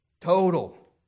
total